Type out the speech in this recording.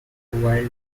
wild